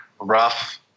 rough